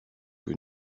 que